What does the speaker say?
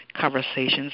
conversations